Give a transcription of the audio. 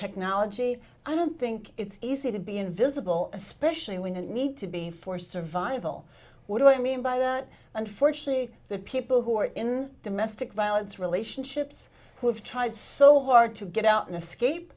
technology i don't think it's easy to be invisible especially when the need to be for survival what do i mean by that unfortunately the people who are in domestic violence relationships who have tried so hard to get out in a scape